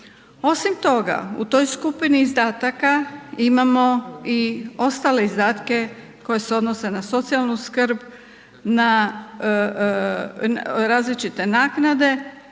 Osim toga u toj skupini izdataka imamo i ostale izdatke koje se odnose na socijalnu skrb, na različite naknade.